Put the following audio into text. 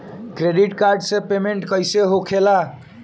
Credit card से payment कईसे होखेला?